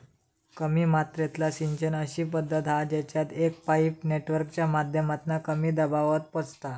कमी मात्रेतला सिंचन अशी पद्धत हा जेच्यात एक पाईप नेटवर्कच्या माध्यमातना कमी दबावात पोचता